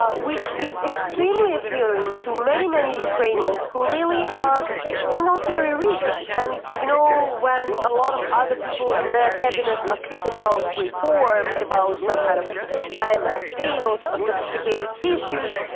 ah which is extremely appealing to many, many ukrainians who really are not very rich. and, you know, when a lot of other people in their cabinets are speaking about reforms, about some kind of imf ah deals or sophisticated issues,